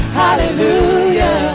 hallelujah